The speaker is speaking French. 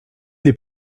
les